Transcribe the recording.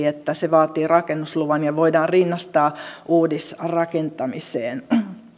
että se vaatii rakennusluvan ja voidaan rinnastaa uudisrakentamiseen